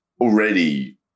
already